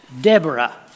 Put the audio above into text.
Deborah